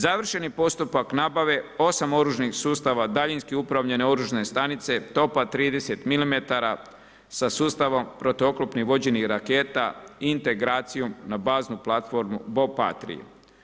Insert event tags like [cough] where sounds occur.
Završen je postupak nabave 8 oružnih sustava daljinske upravljene oružne stanice, topa 30 mm sa sustavom protuoklopnih vođenih raketa i integracijom na baznu platformu … [unintelligible] Patria.